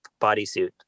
bodysuit